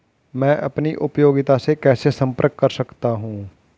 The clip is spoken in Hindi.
मैं अपनी उपयोगिता से कैसे संपर्क कर सकता हूँ?